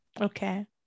okay